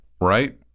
right